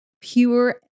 pure